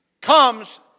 comes